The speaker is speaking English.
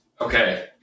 Okay